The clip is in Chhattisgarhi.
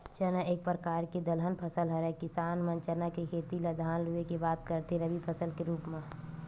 चना एक परकार के दलहन फसल हरय किसान मन चना के खेती ल धान लुए के बाद करथे रबि फसल के रुप म